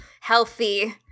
healthy